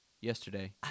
Yesterday